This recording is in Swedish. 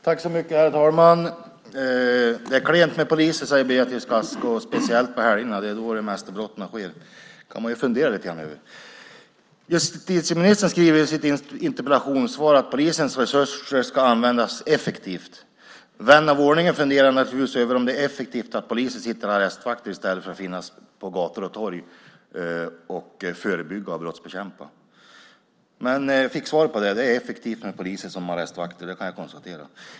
Herr talman! Det är klent med poliser, säger Beatrice Ask, och speciellt på helgerna. Det är då de flesta brotten sker. Det kan man fundera lite grann över. Justitieministern skriver i sitt interpellationssvar att polisens resurser ska användas effektivt. Vän av ordning funderar naturligtvis över om det är effektivt att poliser sitter som arrestvakter i stället för att finnas på gator och torg och förebygga och brottsbekämpa. Jag fick svar på det. Det är effektivt med poliser som arrestvakter. Det kan jag konstatera.